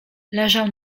leżał